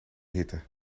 hitte